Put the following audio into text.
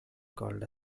called